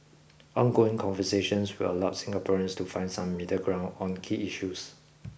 ongoing conversations will allow Singaporeans to find some middle ground on key issues